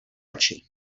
oči